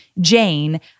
Jane